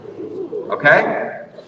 okay